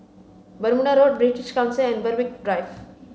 Bermuda Road British Council and Berwick Drive